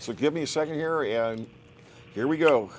so give me a second area here we go